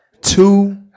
Two